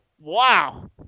Wow